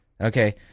Okay